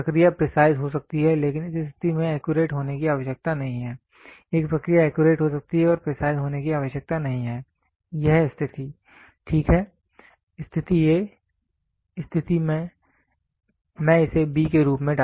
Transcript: एक प्रक्रिया प्रिसाइज हो सकती है लेकिन इस स्थिति में एक्यूरेट होने की आवश्यकता नहीं है एक प्रक्रिया एक्यूरेट हो सकती है प्रिसाइज होने की आवश्यकता नहीं है यह स्थिति ठीक है स्थिति a स्थिति मैं इसे b के रूप में डालूंगा